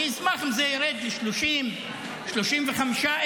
אני אשמח אם זה ירד ל-30,000 או 35,000,